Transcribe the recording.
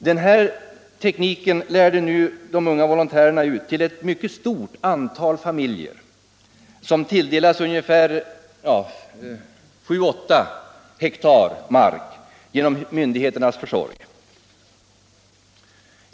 Den här tekniken lärde de unga volontärerna ut till ett stort antal familjer som tilldelats sju åtta hektar jord genom myndigheternas försorg.